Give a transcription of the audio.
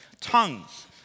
Tongues